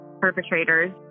perpetrators